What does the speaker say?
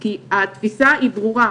כי התפיסה היא ברורה,